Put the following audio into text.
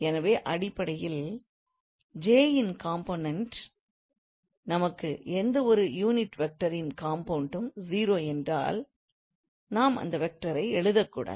எனவே அடிப்படையில் j இன் காம்போனன்ட் நமக்கு எந்த ஒரு யூனிட் வெக்டார் ன் component ம் 0 என்றால் நாம் அந்த வெக்டரை எழுதக்கூடாது